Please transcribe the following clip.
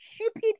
stupid